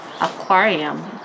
Aquarium